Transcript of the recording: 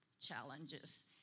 challenges